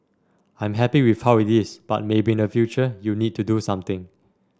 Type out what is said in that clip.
I'm happy with how it is but maybe in the future you need to do something